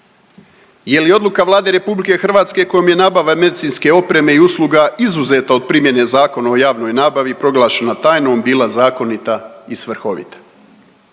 Je li odluka Vlade RH kojom je nabava medicinske opreme i usluga izuzeta od primjene Zakona o javnoj nabavi proglašena tajnom, bila zakonita i svrhovita?